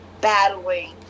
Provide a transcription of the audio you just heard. battling